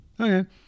Okay